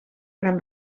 gran